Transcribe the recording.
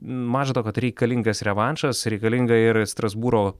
maža to kad reikalingas revanšas reikalinga ir strasbūro